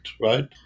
right